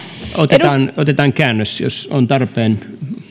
otetaan otetaan käännös jos on tarpeen